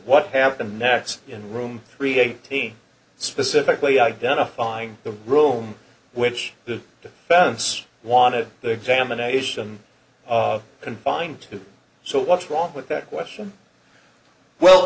what happened next in room three eighty specifically identifying the room which the defense wanted the examination of and bind to so what's wrong with that question well